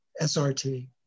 SRT